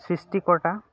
সৃষ্টি কৰ্তা